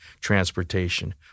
transportation